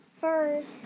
first